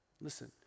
Listen